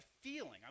feeling